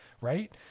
right